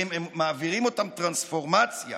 מעבירים אותם טרנספורמציה